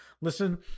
listen